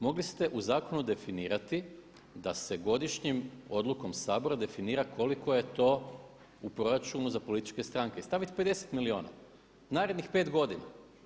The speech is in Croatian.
Mogli ste u zakonu definirati da se godišnjom odlukom Sabora definira koliko je to u proračunu za političke stranke i staviti 50 milijuna, narednih 5 godina.